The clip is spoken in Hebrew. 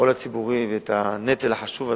העול הציבורי ואת הנטל החשוב הזה,